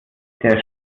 der